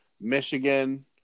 Michigan